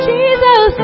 Jesus